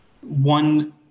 one